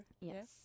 Yes